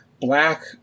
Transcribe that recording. black